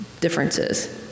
differences